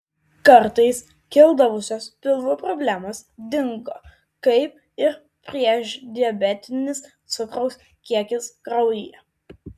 kartais kildavusios pilvo problemos dingo kaip ir priešdiabetinis cukraus kiekis kraujyje